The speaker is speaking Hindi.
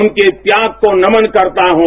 उनके त्याग को नमन करता हूं